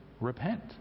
repent